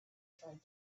tried